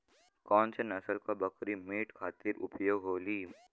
कौन से नसल क बकरी मीट खातिर उपयोग होली?